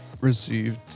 received